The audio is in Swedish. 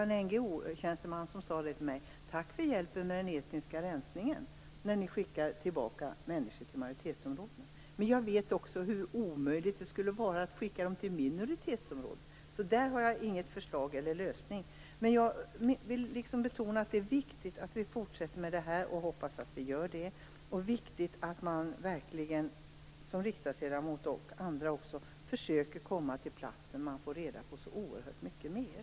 En NGO-tjänsteman sade till mig: Tack för hjälpen med den etniska rensningen när ni skickar tillbaka människor till majoritetsområden. Men jag vet också hur omöjligt det skulle vara att skicka dem till minoritetsområden. Jag har därför inget förslag till lösning på detta problem. Jag vill betona att det är viktigt att vi fortsätter med detta, och jag hoppas att vi gör det. Det är också viktigt att riksdagsledamöter och andra försöker komma till platsen, eftersom man då får reda på så oerhört mycket mer.